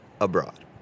Abroad